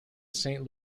saint